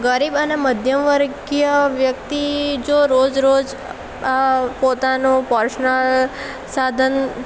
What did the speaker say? ગરીબ અને મધ્યમ વર્ગીય વ્યક્તિ જો રોજ રોજ પોતાનું પર્સનલ સાધન